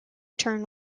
turn